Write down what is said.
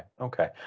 okay